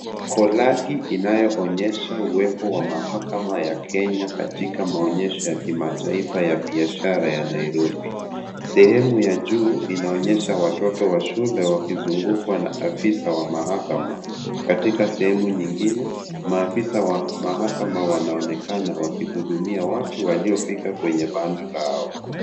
Kolagi inayo onyesha uwepo wa mahakama ya Kenya katika maonyesho ya kimataifa ya biashara ya ya Nairobi, sehemu ya juu inaonyesha watoto wa shule wakizungukwa na afisa wa mahakama, katika sehemu nyingine, maafisa wa mahakama wanaonekana wakihudumia watu walio fika kwenye banda lao.